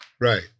Right